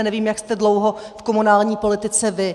Nevím, jak jste dlouho v komunální politice vy.